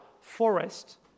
forest